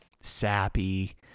sappy